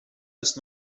ist